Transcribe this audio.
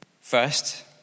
first